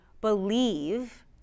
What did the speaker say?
believe